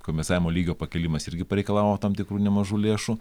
kompensavimo lygio pakilimas irgi pareikalavo tam tikrų nemažų lėšų